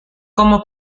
como